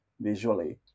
visually